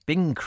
Bing